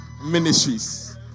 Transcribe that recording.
ministries